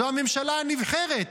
זו הממשלה הנבחרת.